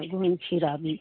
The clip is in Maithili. घुमि फिर आबी